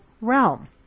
realm